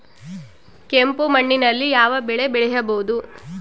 ಕೆಂಪು ಮಣ್ಣಿನಲ್ಲಿ ಯಾವ ಬೆಳೆ ಬೆಳೆಯಬಹುದು?